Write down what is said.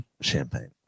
Champagne